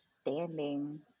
standing